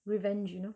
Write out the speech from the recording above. revenge you know